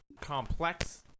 complex